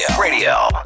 radio